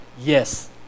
Yes